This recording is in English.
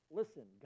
listen